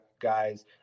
guys